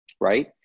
right